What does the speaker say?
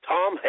Tom